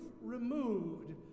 removed